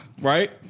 Right